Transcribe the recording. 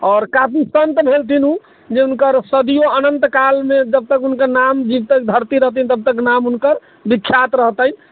आओर काफी सन्त भेलखिन ओ जे हुनकर सदिओ अनन्त कालमे जबतक हुनकर नाम जबतक धरती रहतै तबतक नाम हुनकर विख्यात रहतै